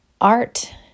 Art